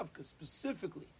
specifically